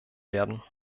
werden